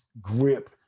grip